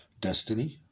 destiny